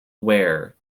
where